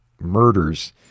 murders